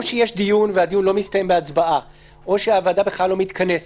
או שיש דיון והדיון לא מסתיים בהצבעה או שהוועדה בכלל לא מתכנסת.